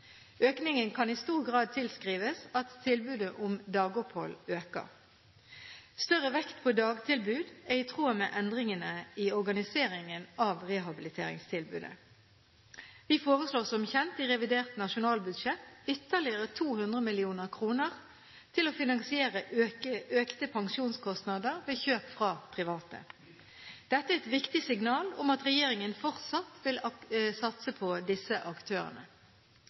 Økningen kan i stor grad tilskrives at tilbudet om dagopphold øker. Større vekt på dagtilbud er i tråd med endringene i organiseringen av rehabiliteringstilbudet. Vi foreslår som kjent i revidert nasjonalbudsjett ytterligere 200 mill. kr til å finansiere økte pensjonskostnader ved kjøp fra private. Dette er et viktig signal om at regjeringen fortsatt vil satse på disse aktørene.